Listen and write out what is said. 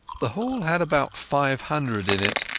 the hall had about five hundred in it,